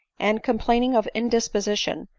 and, complaining of indisposition,